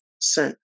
sent